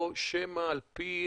או שמא על פי